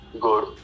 good